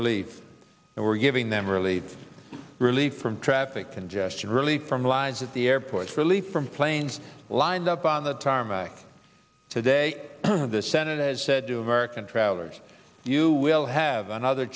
relief and we're giving them early relief from traffic congestion relief from allies at the airports really from planes lined up on the tarmac today the senate has said to american travelers you will have another